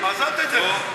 אז, נו?